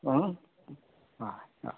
आ आ